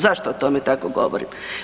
Zašto o tome tako govorim?